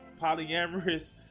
polyamorous